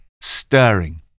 stirring